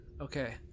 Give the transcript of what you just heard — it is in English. Okay